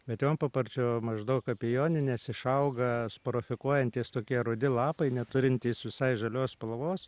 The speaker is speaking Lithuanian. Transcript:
bet jonpaparčio maždaug apie jonines išauga sorafikuojantys tokie rudi lapai neturintys visai žalios spalvos